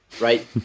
right